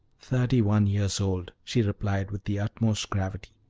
thirty-one years old, she replied, with the utmost gravity.